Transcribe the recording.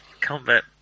combat